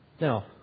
Now